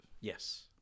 Yes